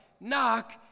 Knock